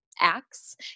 acts